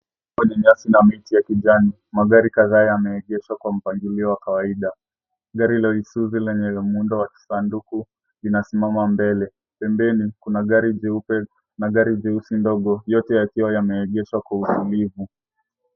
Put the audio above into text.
Hapa ni nyasi na miti ya kijani. Magari kadhaa yameegeshwa kwa mpangilio wa kawaida. Gari la usuzi lenye muundo wa kisanduku inasimama mbele. Pembeni kuna gari jeupe na gari jeusi ndogo yote yakiwa yameegeshwa kwa utulivu.